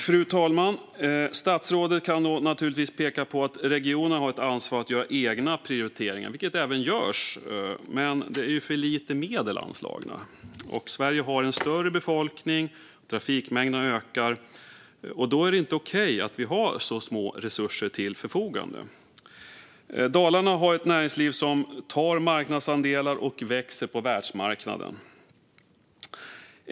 Fru talman! Statsrådet kan naturligtvis peka på att regionerna har ett ansvar att göra egna prioriteringar, vilket även görs. Men det är för lite medel anslagna. Sverige har en större befolkning, trafikmängderna ökar och då är det inte okej att vi har så små resurser till förfogande. Dalarna har ett näringsliv som tar marknadsandelar och växer på världsmarknaden.